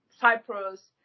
Cyprus